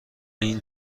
این